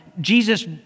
Jesus